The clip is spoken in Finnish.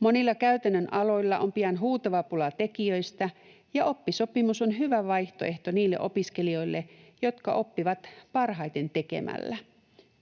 Monilla käytännön aloilla on pian huutava pula tekijöistä, ja oppisopimus on hyvä vaihtoehto niille opiskelijoille, jotka oppivat parhaiten tekemällä.